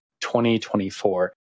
2024